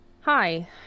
hi